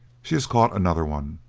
she has caught another one!